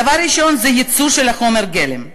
דבר ראשון זה ייצוא של חומר הגלם,